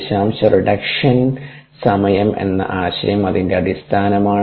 ദശാംശ റിഡക്ഷൻ സമയം എന്ന ആശയം അതിന്റെ അടിസ്ഥാനമാണ്